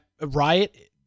riot